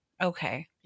okay